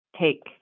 Take